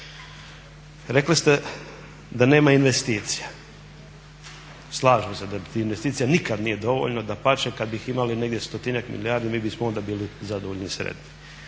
Rekli ste da nema investicija, slažem se da investicija nikada nije dovoljno, dapače, kada bi imali negdje stotinjak milijardi mi bismo onda bili zadovoljni i sretni.